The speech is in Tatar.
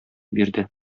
бирде